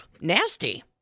nasty